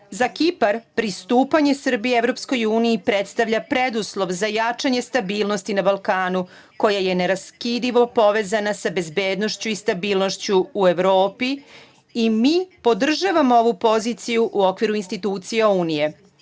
Kipar, pristupanje Srbije Evropskoj uniji predstavlja preduslov za jačanje stabilnosti na Balkanu, koja je neraskidivo povezana sa bezbednošću i stabilnošću u Evropi i mi podržavamo ovu poziciju u okviru institucija Unije.